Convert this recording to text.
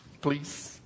Please